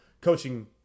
coaching